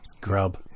Grub